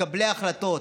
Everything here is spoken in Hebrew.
מקבלי ההחלטות.